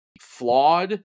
flawed